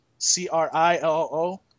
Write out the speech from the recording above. C-R-I-L-O